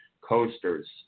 coasters